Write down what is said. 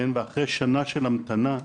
אחרי שנה של המתנה,